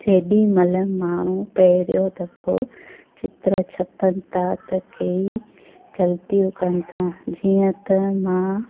जेॾी महिल माण्हू पहिरियों दफ़ो चित्र छपनि था त केई ग़लतियूं कनि था जीअं त मां